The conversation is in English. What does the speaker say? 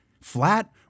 flat